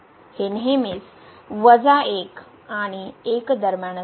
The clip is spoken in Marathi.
हे नेहमीच 1 आणि 1 दरम्यान असते